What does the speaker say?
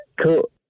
Cool